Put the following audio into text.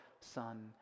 Son